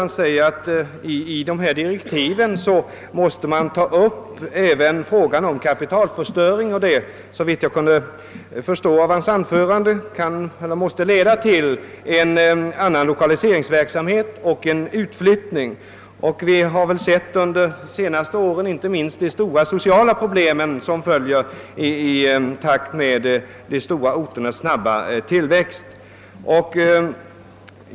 Han sade att man i de aktuella direktiven även måste ta upp frågan om kapitalförstöring och det måste, såvitt jag kan förstå av hans anförande, leda till en ny form av lokaliseringsverksamhet och en ökad utflyttning. Under de senaste åren har vi kunnat konstatera att inte minst stora sociala problem uppstår i takt med de stora orternas snabba tillväxt.